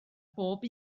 bob